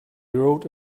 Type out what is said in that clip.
rode